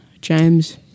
James